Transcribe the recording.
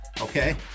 okay